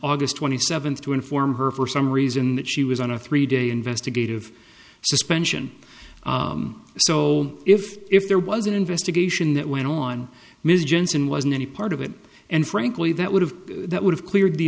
august twenty seventh to inform her for some reason that she was on a three day investigative suspension so if if there was an investigation that went on ms jensen wasn't any part of it and frankly that would have that would have cleared the